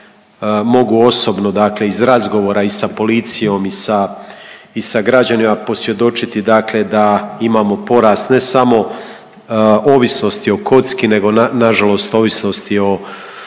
mogu osobno dakle iz razgovora i sa policijom i sa građanima posvjedočiti, dakle da imamo porast, ne samo ovisnosti o kocki, nego nažalost ovisnosti o